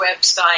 website